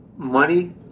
money